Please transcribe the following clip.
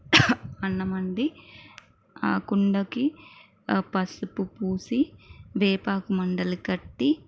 అన్నం వండి ఆ కుండకి పసుపు పూసి వేపాకు మండలి కట్టి